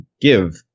give